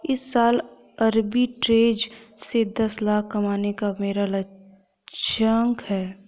इस साल आरबी ट्रेज़ से दस लाख कमाने का मेरा लक्ष्यांक है